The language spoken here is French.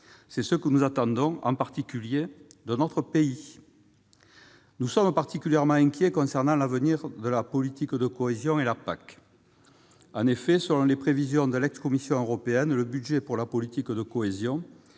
C'est ce que nous attendons en particulier de notre pays. Nous sommes particulièrement inquiets concernant l'avenir de la politique de cohésion et de la PAC. En effet, selon les prévisions de l'ex-commission européenne, le budget pour la politique de cohésion,